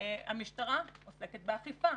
המשטרה עוסקת באכיפה.